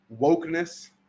wokeness